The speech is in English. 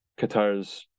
qatar's